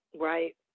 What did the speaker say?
Right